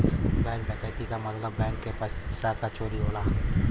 bank डकैती क मतलब बैंक के पइसा क चोरी होला